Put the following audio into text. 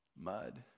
mud